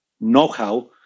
know-how